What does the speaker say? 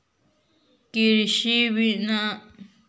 कृषि ऋण बिना खेत बाला भी ले सक है?